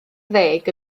ddeg